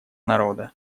народа